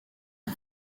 est